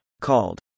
called